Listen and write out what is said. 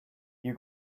you